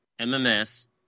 mms